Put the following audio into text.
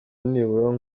nibura